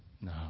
No